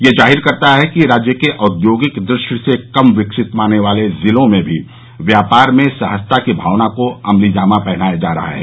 ये जाहिर करता है कि राज्य औद्योगिक दृष्टि से कम विकसित माने जाने वाले जिलों में भी व्यापार में सहजता की भावना को अमलीजामा पहनाया जा रहा है